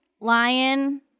lion